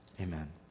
amen